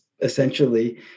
essentially